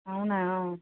అవునా